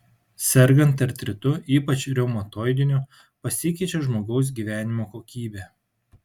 sergant artritu ypač reumatoidiniu pasikeičia žmogaus gyvenimo kokybė